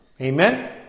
Amen